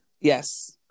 Yes